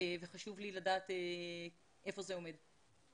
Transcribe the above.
וחשוב לי לדעת איפה זה עומד.